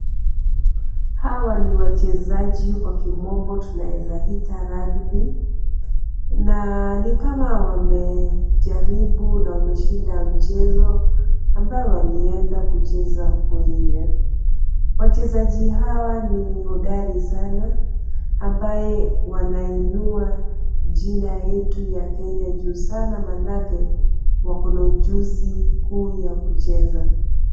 Hawa ni wachezaji kwa kimombo tunaeza ita rugby na ni kama wamejaribu na wameshinda mchezo ambao walienda kucheza huko nje. Wachezaji hawa ni hodari sana ambao wanainuwa jina yetu ya Kenya juu sana, maanake wako na ujuzi mkuu ya kucheza.